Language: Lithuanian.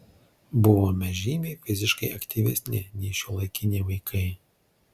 buvome žymiai fiziškai aktyvesni nei šiuolaikiniai vaikai